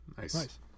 nice